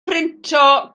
brintio